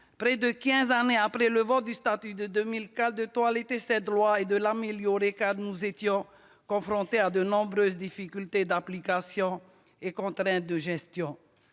près de quinze années après le vote du statut de 2004, de toiletter ce texte et de l'améliorer, car nous étions confrontés à de nombreuses difficultés d'application et contraintes de gestion.